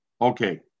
Okay